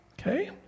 Okay